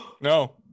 No